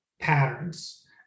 patterns